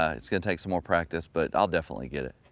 yeah it's going to take some more practice, but i'll definitely get it.